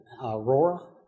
Aurora